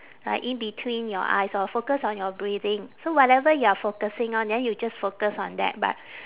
like in between your eyes orh focus on your breathing so whatever you are focusing on then you just focus on that but